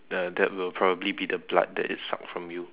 that will probably be the blood that it sucked from you